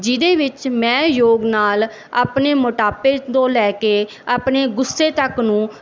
ਜਿਹਦੇ ਵਿੱਚ ਮੈਂ ਯੋਗ ਨਾਲ ਆਪਣੇ ਮੋਟਾਪੇ ਤੋਂ ਲੈ ਕੇ ਆਪਣੇ ਗੁੱਸੇ ਤੱਕ ਨੂੰ